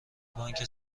بانک